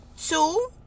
two